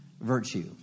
virtue